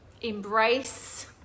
embrace